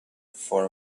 for